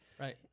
right